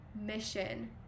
mission